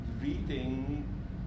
reading